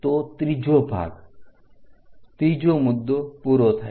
તો ત્રીજો ભાગ ત્રીજો મુદ્દો પૂરો થાય છે